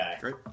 Great